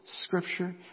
scripture